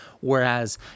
Whereas